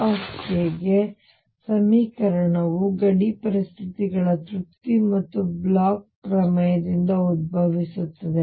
E ಗೆ ಸಮೀಕರಣವು ಗಡಿ ಪರಿಸ್ಥಿತಿಗಳ ತೃಪ್ತಿ ಮತ್ತು ಬ್ಲೋಚ್ ಪ್ರಮೇಯದಿಂದ ಉದ್ಭವಿಸುತ್ತದೆ